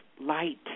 light